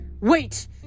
wait